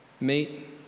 meet